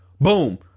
Boom